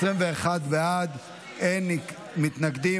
21 בעד, אין מתנגדים.